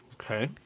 Okay